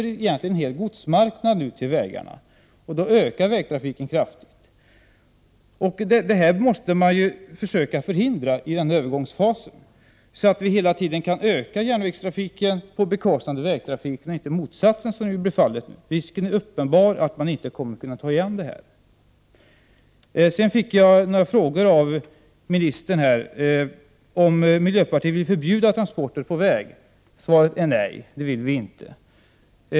Man släpper egentligen en hel godsmarknad till vägarna, vilket medför att vägtrafiken ökar kraftigt. Detta måste man under övergångsfasen försöka förhindra för att järnvägstrafiken skall kunna ökas på bekostnad av vägtrafiken, och inte tvärtom, som annars blir följden. Risken är uppenbar att man inte kommer att kunna kompensera bortfallet. Vidare undrade ministern om miljöpartiet vill förbjuda transporter på väg. Svaret är nej. Det vill vi inte.